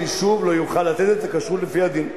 יישוב לא יוכל לתת את הכשרות לפי הדין,